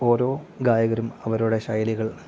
ഓരോ ഗായകരും അവരുടെ ശൈലികൾ